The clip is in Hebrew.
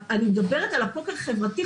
אני מדברת על הפוקר החברתי,